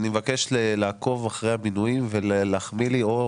אני מבקש לעקוב אחרי המינויים ולהחמיא לי או